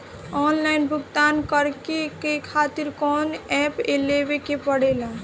Online भुगतान करके के खातिर कौनो ऐप लेवेके पड़ेला?